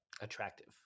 attractive